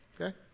Okay